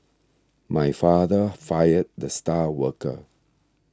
my father fired the star worker